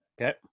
Okay